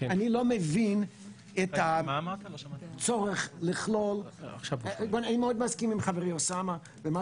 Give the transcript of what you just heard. אני לא מבין את הצורך לכלול אני מאוד מסכים עם חברי אוסאמה ומה